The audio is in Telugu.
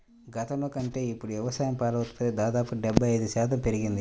గతంలో కంటే ఇప్పుడు వ్యవసాయ పాల ఉత్పత్తి దాదాపు డెబ్బై ఐదు శాతం పెరిగింది